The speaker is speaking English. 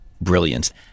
brilliance